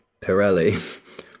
Pirelli